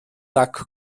tag